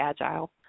agile